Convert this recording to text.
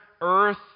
earth